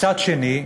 מצד שני,